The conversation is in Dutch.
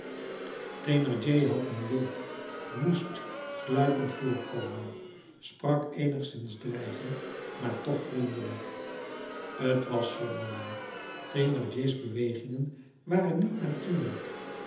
thénardier had een wild woest gluipend voorkomen sprak eenigszins dreigend maar toch vriendelijk t was zonderling thénardiers bewegingen waren niet natuurlijk